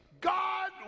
God